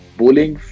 bowling